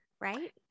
right